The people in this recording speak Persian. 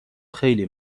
خیلی